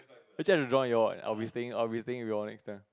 actually I want to join you'll eh I'll be staying I'll be staying with you'll next time